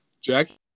Jackie